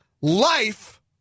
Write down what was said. life